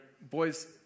boys